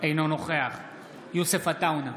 אינו נוכח יוסף עטאונה,